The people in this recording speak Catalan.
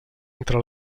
entre